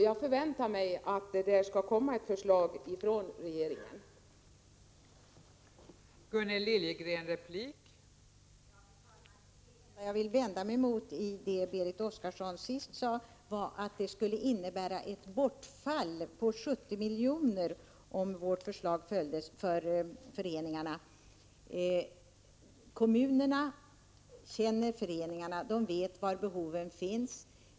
Jag väntar mig att det skall komma ett förslag från regeringen på den punkten.